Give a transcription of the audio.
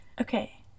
Okay